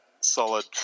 solid